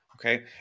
Okay